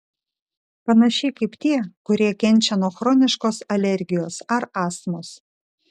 panašiai kaip tie kurie kenčia nuo chroniškos alergijos ar astmos